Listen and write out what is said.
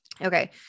okay